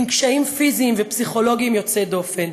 עם קשיים פיזיים ופסיכולוגיים יוצאי דופן,